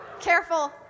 Careful